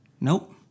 Nope